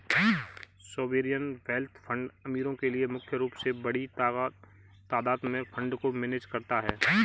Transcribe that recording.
sovereign wealth fund अमीरो के लिए मुख्य रूप से बड़ी तादात में फंड को मैनेज करता है